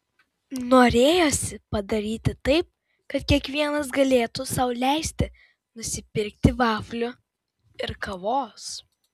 norėjosi padaryti taip kad kiekvienas galėtų sau leisti nusipirkti vaflių ir kavos